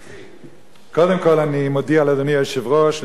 קודם כול אני מודיע לאדוני היושב-ראש,